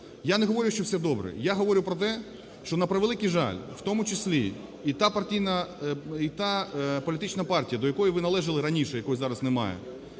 Я не говорю, що все добре, я говорю про те, що, на превеликий жаль, в тому числі і та політична партія, до якої ви належали раніше, якої зараз немає,